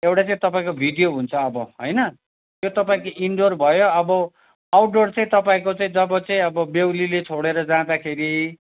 एउटा चाहिँ तपाईँको भिडियो हुन्छ अब होइन त्यो तपाईँको इन्डोर भयो अब आउटडोर चाहिँ तपाईँको चाहिँ जब चाहिँ अब बेहुलीले छोडेर जाँदाखेरि